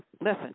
Listen